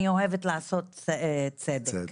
אני אוהבת לעשות צדק.